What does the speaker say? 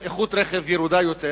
בדרך כלל איכות הרכב שלהם ירודה יותר,